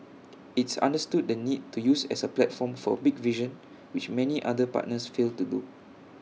it's understood the need to use as A platform for A big vision which many other partners fail to do